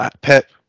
Pep